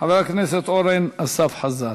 חבר הכנסת אורן אסף חזן.